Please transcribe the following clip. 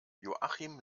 joachim